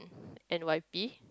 N_Y_P